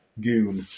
Goon